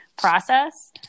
process